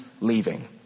leaving